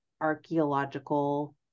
archaeological